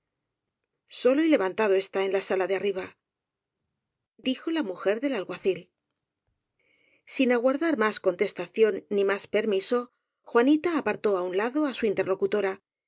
solo y levantado está en la sala de ari iba dijo la mujer del alguacil sin aguardar más contestación ni más permiso juanita apartó á un lado á su interlocutor